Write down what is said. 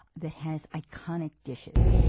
that has iconic dishes.